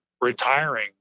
retiring